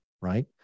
right